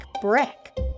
brick